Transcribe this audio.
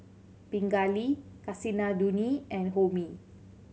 Pingali Kasinadhuni and Homi